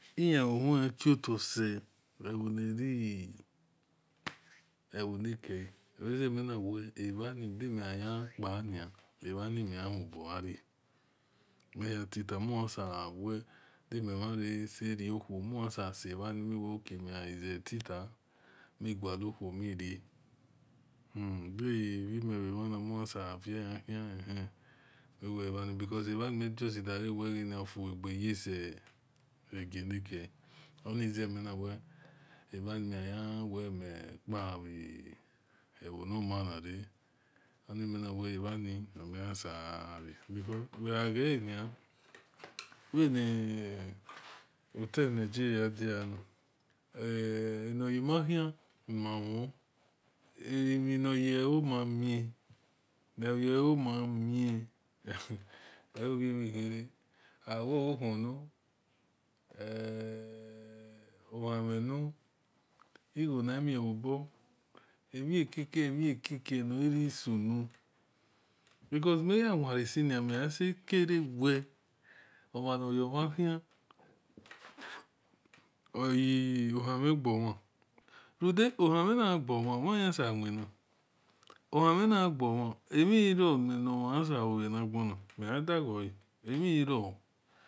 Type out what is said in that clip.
Iyauhn-nto those evonare evonikea oaze menawe avmi dimihipan avanimehimobo ara mitota mehisewedimivarserouho musevani we ok weaevaita mi valouho more divimeramani ohiseveya ah eh avanimi justi davawe ofuageyese agenakoa oniza minawe ininise avanemihiwe mi pa evonmanara because weavana wegotanigeria dia na aniyemahi nmavon aminayeomami bayeomami o-ovamihere aweonna ohimina aguo namiobo amikake amikake noresunu because meyeweresina memasekarewe omana yomahi oyehnmegaun uda ohnmenagovn omayesewena ohamenagavn amiornamahiseu angna megadivoa amior